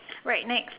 right next